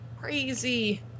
crazy